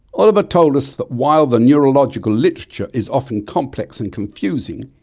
oliver told us that while the neurological literature is often complex and confusing,